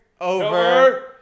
over